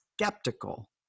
skeptical